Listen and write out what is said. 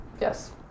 Yes